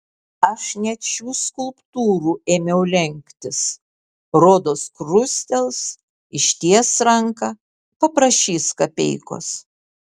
aš net šių skulptūrų ėmiau lenktis rodos krustels išties ranką paprašys kapeikos